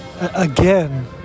again